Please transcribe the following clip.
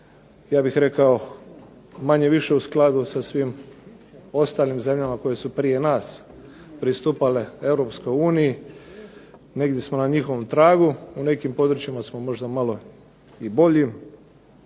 ja bih rekao manje-više u skladu sa svim ostalim zemljama koje su prije nas pristupale Europskoj uniji, negdje smo na njihovom tragu. U nekim područjima smo možda malo i bolji,